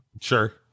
sure